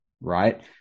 right